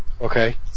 Okay